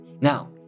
Now